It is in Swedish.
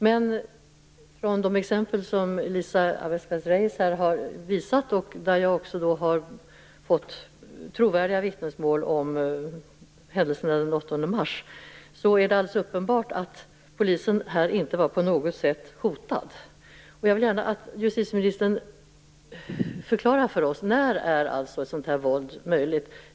Men att döma av de exempel som Elisa Abascal Reyes har visat - och jag har fått trovärdiga vittnesmål om händelserna den 8 mars - är det alldeles uppenbart att polisen inte på något sätt var hotad. Jag vill gärna att justitieministern förklarar för oss när sådant här våld är möjligt.